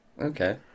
Okay